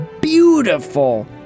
beautiful